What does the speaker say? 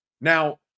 Now